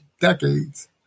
decades